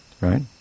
Right